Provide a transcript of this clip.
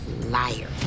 liar